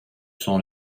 sont